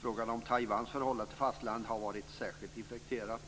Frågan om Taiwans förhållande till fastlandet har varit särskilt infekterad.